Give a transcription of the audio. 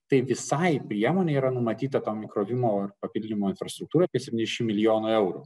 tai visai priemonei yra numatyta tam įkrovimo ar papildymo infrastruktūrai apie septyniasdešimt milijonų eurų